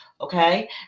Okay